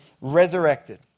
resurrected